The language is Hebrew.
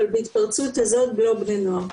אבל בהתפרצות הזאת זה לא בני נוער.